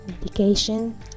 medication